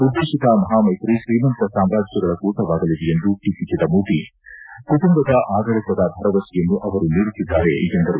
ಉದ್ದೇಶಿತ ಮಹಾಮ್ಮೆತ್ರಿ ಶ್ರೀಮಂತ ಸಾಮ್ರಾಜ್ಜಗಳ ಕೂಟವಾಗಲಿದೆ ಎಂದು ಟೀಕಿಸಿದ ಮೋದಿ ಕುಟುಂಬದ ಆಡಳಿತದ ಭರವಸೆಯನ್ನು ಅವರು ನೀಡುತ್ತಿದ್ದಾರೆ ಎಂದರು